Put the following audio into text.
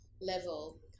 level